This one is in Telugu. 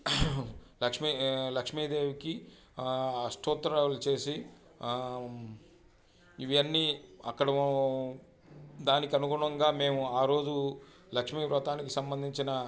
లక్ష్మీ లక్ష్మీదేవికి అష్టోత్తరాలు చేసి ఇవి అన్నీ అక్కడ దానికనుగుణంగా మేము ఆ రోజు లక్ష్మీ వ్రతానికి సంబంధించిన